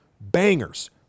bangers